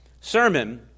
sermon